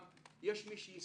יש מי שישיר אתם,